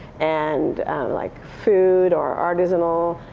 and like food, or artisanal,